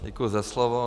Děkuji za slovo.